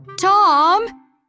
Tom